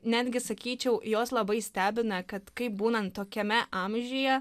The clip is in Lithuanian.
netgi sakyčiau jos labai stebina kad kaip būnant tokiame amžiuje